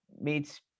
meets